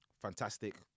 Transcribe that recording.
fantastic